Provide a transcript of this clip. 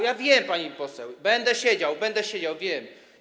Ja wiem, pani poseł, będę siedział, będę siedział, wiem.